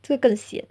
这个更 sian